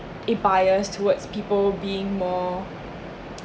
it biased towards people being more